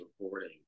reporting